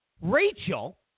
Rachel